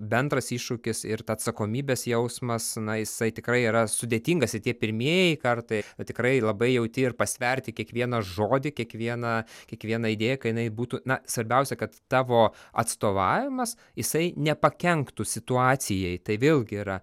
bendras iššūkis ir ta atsakomybės jausmas na jisai tikrai yra sudėtingas ir tie pirmieji kartai tikrai labai jauti ir pasverti kiekvieną žodį kiekvieną kiekvieną idėją kai jinai būtų na svarbiausia kad tavo atstovavimas jisai nepakenktų situacijai tai vėlgi yra